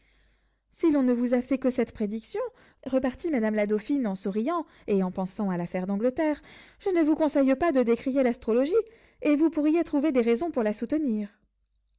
si l'on ne vous a fait que cette prédiction repartit madame la dauphine en souriant et pensant à l'affaire d'angleterre je ne vous conseille pas de décrier l'astrologie et vous pourriez trouver des raisons pour la soutenir